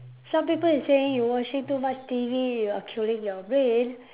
some people is saying you watching too much T_V you are killing your brain